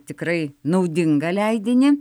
tikrai naudingą leidinį